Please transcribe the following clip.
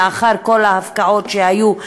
לאחר כל ההפקעות שהיו,